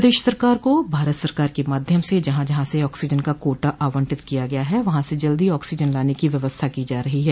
प्रदेश सरकार को भारत सरकार से माध्यम से जहां जहां से ऑक्सीजन का कोटा आंवटित किया गया है वहा से जल्दी ऑक्सीजन लाने की व्यवस्था की जा रही है